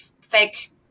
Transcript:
fake